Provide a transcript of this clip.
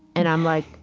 and i'm like,